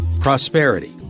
prosperity